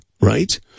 right